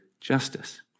justice